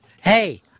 Hey